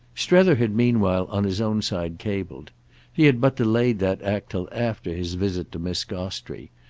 strether had meanwhile on his own side cabled he had but delayed that act till after his visit to miss gostrey,